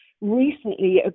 recently